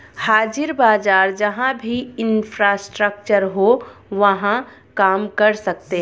हाजिर बाजार जहां भी इंफ्रास्ट्रक्चर हो वहां काम कर सकते हैं